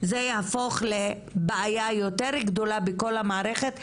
זה יהפוך לבעיה יותר גדולה בכל המערכת,